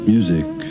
Music